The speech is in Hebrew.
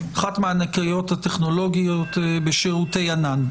באחת מהענקיות הטכנולוגיות בשירותי ענן,